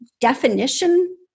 definition